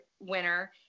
winner